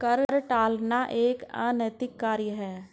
कर टालना एक अनैतिक कार्य है